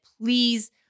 please